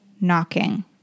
knocking